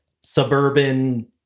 suburban